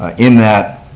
ah in that,